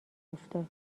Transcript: افتاد